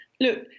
Look